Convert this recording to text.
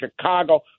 Chicago